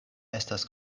estas